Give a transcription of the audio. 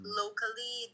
locally